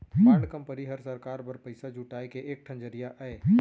bond company हर सरकार बर पइसा जुटाए के एक ठन जरिया अय